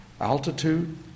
altitude